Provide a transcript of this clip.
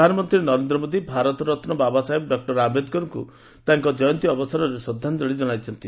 ସେହିପରି ପ୍ରଧାନମନ୍ତ୍ରୀ ନରେନ୍ଦ୍ର ମୋଦି ଭାରତରତ୍ନ ବାବାସାହେବ ଡକ୍ଟର ଆମ୍ବେଦକରଙ୍କୁ ତାଙ୍କ କୟନ୍ତୀ ଅବସରରେ ଶ୍ରଦ୍ଧାଞ୍ଚଳି କ୍ଷଣାଇଛନ୍ତି